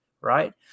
right